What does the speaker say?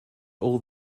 all